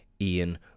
Ian